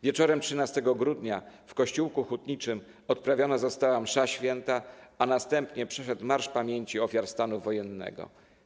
Wieczorem 13 grudnia w kościółku hutniczym odprawiona została msza święta, a następnie przeszedł marsz pamięci ofiar stanu wojennego.